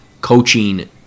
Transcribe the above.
coaching